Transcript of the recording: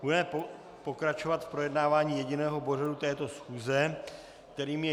Budeme pokračovat v projednávání jediného bodu této schůze, kterým je